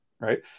Right